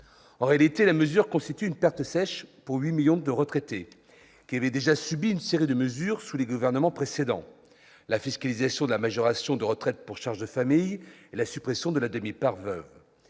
En réalité, la mesure constitue une perte sèche pour huit millions de retraités qui avaient déjà subi une série de mesures sous les gouvernements précédents- la fiscalisation de la majoration de retraite pour charges de famille et la suppression de la demi-part des